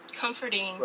comforting